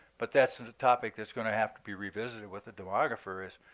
but that's and a topic that's going to have to be revisited with a demographers